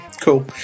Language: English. cool